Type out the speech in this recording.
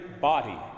body